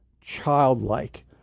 childlike